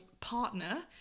Partner